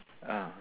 ah